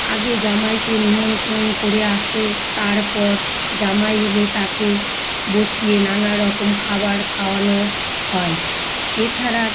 আগে জামাইকে নিমন্ত্রণ করে আসে তারপর জামাই এলে তাকে বসিয়ে নানা রকম খাবার খাওয়ানো হয় এছাড়া